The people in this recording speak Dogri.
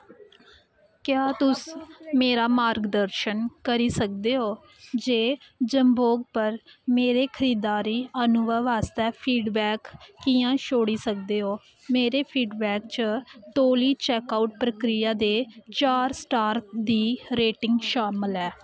क्या तुस मेरा मार्गदर्शन करी सकदे ओ जे जबोंग पर मेरे खरीदारी अनुभव आस्तै फीडबैक कि'यां छोड़ी सकदे ओ मेरे फीडबैक च तौली चेक आउट प्रक्रिया ते चार स्टार दी रेटिंग शामल ऐ